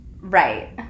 Right